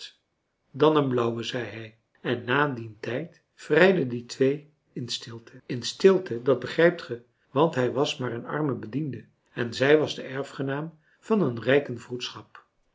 dan een blauwe zei hij en na dien tijd vrijden die twee in stilte in stilte dat begrijpt ge want hij was maar een arme bediende en zij was de erfgenaam van een rijken vroedschap